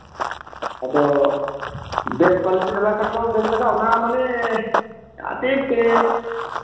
ᱟᱫᱚ ᱵᱮᱥ ᱠᱚᱣᱟᱞᱤᱴᱤ ᱫᱷᱟᱨᱟ ᱠᱷᱟᱱ ᱫᱚ ᱵᱟᱹᱧ ᱢᱮᱱᱟ ᱚᱱᱟ ᱢᱟᱱᱮ ᱯᱮ